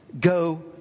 go